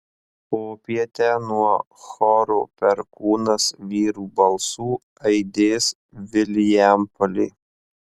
popietę nuo choro perkūnas vyrų balsų aidės vilijampolė